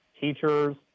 teachers